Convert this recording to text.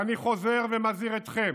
ואני חוזר ומזהיר אתכם,